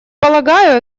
полагаю